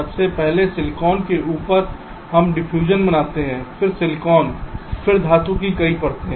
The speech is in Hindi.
सबसे पहले सिलिकॉन के ऊपर हम डिफ्यूजन बनाते हैं फिर पॉलीसिलिकॉन फिर धातु की कई परतें